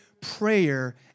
prayer